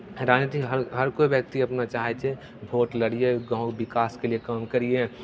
राजनीति हर हर कोइ व्यक्ति अपना चाहै छै भोट लड़ियै गाँव विकासके लिए काम करियै